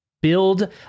build